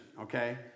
okay